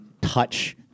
touch